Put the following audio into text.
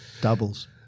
Doubles